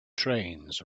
trains